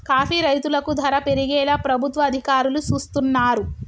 coffee రైతులకు ధర పెరిగేలా ప్రభుత్వ అధికారులు సూస్తున్నారు